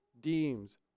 deems